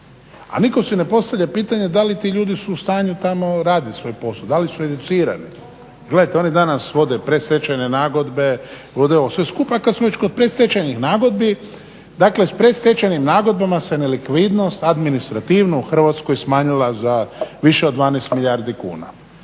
a nitko si ne postavlja pitanje da li ti ljudi su u stanju tamo raditi svoj posao, da li su educirani? Gledajte, oni danas vode predstečajne nagodbe, vode ovo sve skupa. Kad smo već kod prestečajnih nagodbi, dakle s predstečajnim nagodbama se nelikvidnost administrativno u Hrvatskoj smanjila za više od 12 milijardi kuna.